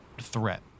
threat